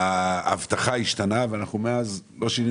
האבטחה השתנתה ואנחנו מאז לא שינינו.